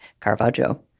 Caravaggio